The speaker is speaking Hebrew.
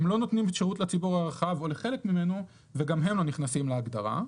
הם לא נותנים שירות לציבור הרחב או לחלק ממנו וגם הם לא נכנסים להגדרה.